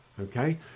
okay